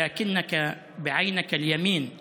אבל בעין הימנית